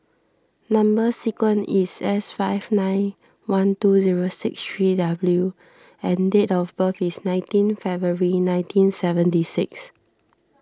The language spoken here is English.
Number Sequence is S five nine one two zero six three W and date of birth is nineteen February nineteen seventy six